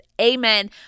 amen